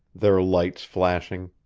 their lights flashing.